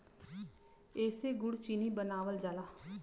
एसे गुड़ चीनी बनावल जाला